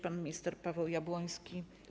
Pan minister Paweł Jabłoński.